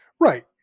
Right